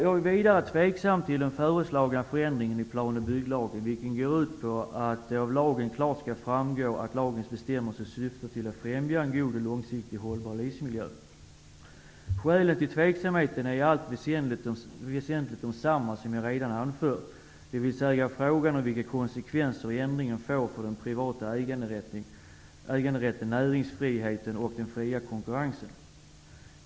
Jag är vidare tveksam till den föreslagna förändringen i plan och bygglagen, vilken går ut på att det av lagen klart skall framgå att lagens bestämmelser syftar till att främja en god och långsiktigt hållbar livsmiljö. Skälen till tveksamheten är i allt väsentligt desamma som jag redan har anfört, dvs. frågan om vilka konsekvenser ändringen får för den privata äganderätten, näringsfriheten och den fria konkurrensen.